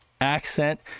accent